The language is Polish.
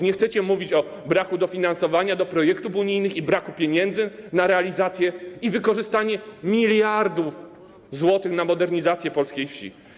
Nie chcecie mówić o braku dofinansowania do projektów unijnych i braku pieniędzy na realizację i wykorzystanie miliardów złotych na modernizację polskiej wsi.